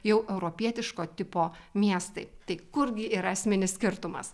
jau europietiško tipo miestai tai kurgi yra esminis skirtumas